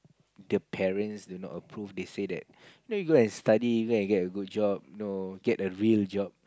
the parents do not approve they say that you know go and study go and get a good job you know get a real job